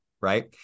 right